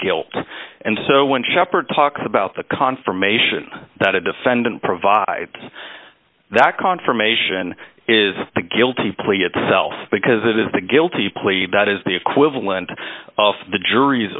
guilt and so when sheppard talks about the confirmation that a defendant provides that conformation is the guilty plea itself because it is the guilty plea that is the equivalent of the jur